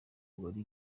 wari